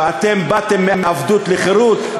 ואתם באתם מעבדות לחירות,